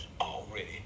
already